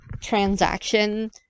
transaction